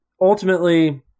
ultimately